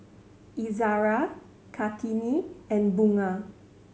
Izzara Kartini and Bunga